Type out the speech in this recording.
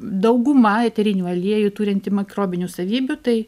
dauguma eterinių aliejų turintį mikrobinių savybių tai